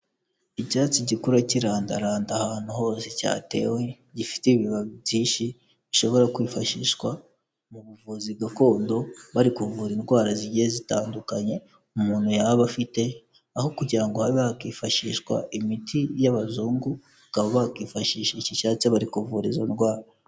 Icyatsi gikura kirandaranda ahantu hose cyatewe, gifite ibibabi byinshi bishobora kwifashishwa mu buvuzi gakondo, bari kuvura indwara zigiye zitandukanye, umuntu yaba afite, aho kugira ngo habe hakifashishwa imiti y'abazungu, bakaba bakifashisha iki cyatsi bari kuvura izo ndwara.